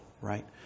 right